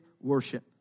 worship